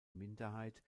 minderheit